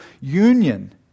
union